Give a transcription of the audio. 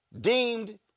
deemed